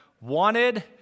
wanted